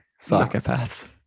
Psychopaths